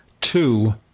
two